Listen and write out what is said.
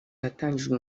yatangijwe